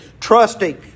Trusting